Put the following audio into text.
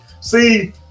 See